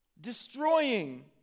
destroying